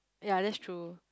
ya that's true